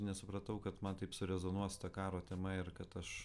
nesupratau kad man taip surezonuos ta karo tema ir kad aš